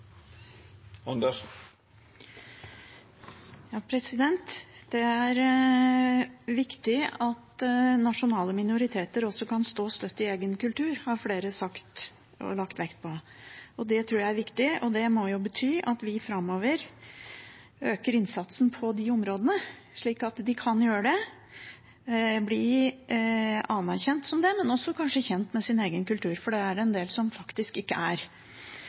Det er viktig at nasjonale minoriteter også kan stå støtt i egen kultur, har flere sagt og lagt vekt på. Det tror jeg er viktig, og det må jo bety at vi framover øker innsatsen på de områdene, slik at de kan bli anerkjent som det, og kanskje også bli kjent med sin egen kultur, for det er det en del som faktisk ikke er.